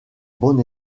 bon